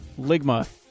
Ligma